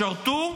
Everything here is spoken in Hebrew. ישרתו,